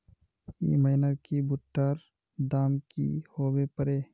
ई महीना की भुट्टा र दाम की होबे परे?